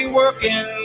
working